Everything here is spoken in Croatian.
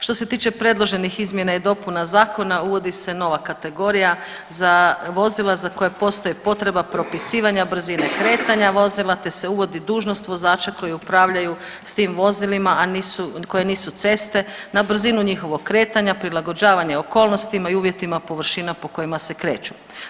Što se tiče predloženih izmjena i dopuna zakona uvodi se nova kategorija za vozila za koja postoji potreba propisivanja brzine kretanja vozila, te se uvodi dužnost vozača koji upravljaju s tim vozilima, a koje nisu ceste, na brzinu njihovog kretanja, prilagođavanje okolnostima i uvjetima površina po kojima se kreću.